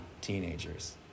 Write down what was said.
teenagers